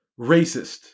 racist